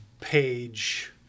page